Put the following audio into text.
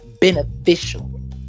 beneficial